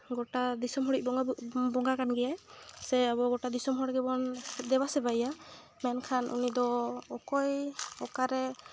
ᱜᱳᱴᱟ ᱫᱤᱥᱚᱢ ᱦᱚᱲᱤᱪ ᱵᱚᱸᱜᱟ ᱵᱚᱸᱜᱟ ᱠᱟᱱ ᱜᱮᱭᱟᱭ ᱥᱮ ᱟᱵᱚ ᱜᱳᱴᱟ ᱫᱤᱥᱚᱢ ᱦᱚᱲ ᱜᱮᱵᱚᱱ ᱫᱮᱵᱟ ᱥᱮᱵᱟᱭᱮᱭᱟ ᱢᱮᱱᱠᱷᱟᱱ ᱩᱱᱤ ᱫᱚ ᱚᱠᱚᱭ ᱚᱠᱟᱨᱮ